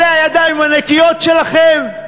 אלה הידיים הנקיות שלכם?